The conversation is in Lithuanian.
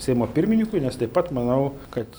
seimo pirminykui nes taip pat manau kad